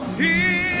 the